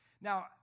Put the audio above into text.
Now